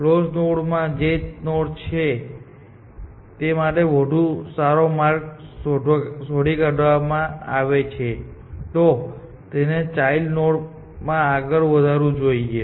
close માં જે node છે તે માટે જો વધુ સારો માર્ગ શોધી કાઢવામાં આવે તો તો તેને તેના ચાઈલ્ડ માં આગળ વધારવું જોઈએ